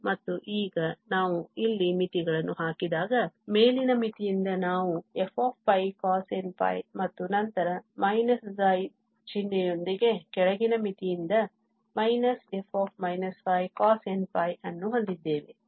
ಮತ್ತು ಈಗ ನಾವು ಇಲ್ಲಿ ಮಿತಿಗಳನ್ನು ಹಾಕಿದಾಗ ಮೇಲಿನ ಮಿತಿಯಿಂದ ನಾವು f π cosnπ ಮತ್ತು ನಂತರ ς ಚಿಹ್ನೆಯೊಂದಿಗೆ ಕೆಳಗಿನ ಮಿತಿಯಿಂದ f πcosnπ ಅನ್ನು ಹೊಂದಿದ್ದೇವೆ ಎಂದು ನಾವು ಇಲ್ಲಿ ಅರಿತುಕೊಳ್ಳಬಹುದು